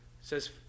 says